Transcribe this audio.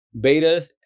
betas